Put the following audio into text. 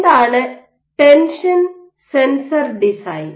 എന്താണ് tension sensor design